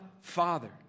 Father